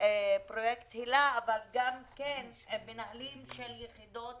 פרויקט היל"ה וגם עם מנהלים של יחידות